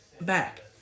back